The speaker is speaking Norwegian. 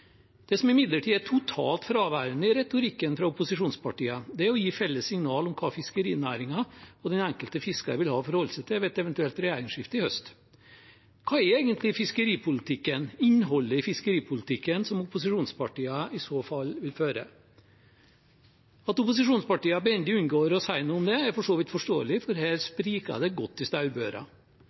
Det som imidlertid er totalt fraværende i retorikken fra opposisjonspartiene, er å gi felles signal om hva fiskerinæringen og den enkelte fisker vil ha å forholde seg til ved et eventuelt regjeringsskifte i høst. Hva er egentlig fiskeripolitikken, innholdet i fiskeripolitikken, som opposisjonspartiene i så fall vil føre? At opposisjonspartiene behendig unngår å si noe om det, er for så vidt forståelig, for her spriker det godt i staurbøra.